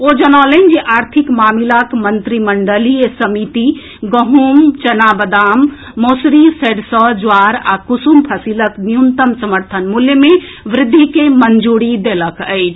ओ जनौलनि जे आर्थिक मामिलाक मंत्रिमंडलीय समिति गहूंम चना मसूरी सरिसो ज्वार आ कुसुम फसिलक न्यूनतम समर्थन मूल्य मे वृद्धि के मंजूरी देलक अछि